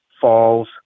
falls